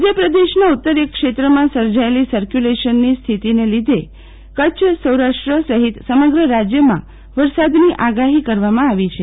મધ્યપ્રદેશના ઉતરીય ક્ષેત્રમાં સર્જાચેલી સકર્યુલેશનની સ્થિતિને લીધે કચ્છ સૌરાષ્ટ્ર સફિત સમગ્ર રાજયમાં વરસાદની આગાહી કરવામાં આવી છે